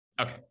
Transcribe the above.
Okay